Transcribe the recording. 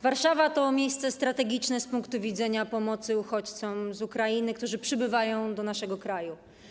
Warszawa to miejsce strategiczne z punktu widzenia pomocy uchodźcom z Ukrainy, którzy przybywają do naszego kraju.